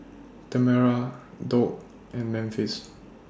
Tamera Doug and Memphis